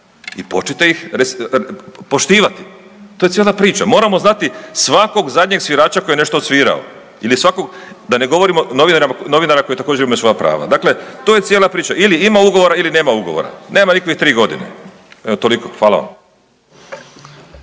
i počnite ih poštivati, to je cijela priča. Moramo znati svakog zadnjeg svirača koji je nešto odsvirao ili svakog da ne govorimo novinara, novinara koji također ima svoja prava. Dakle to je cijela priča, ili ima ugovora, ili nema ugovora, nema nikakvih 3.g., evo toliko, hvala vam.